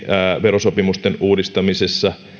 verosopimusten uudistamisessa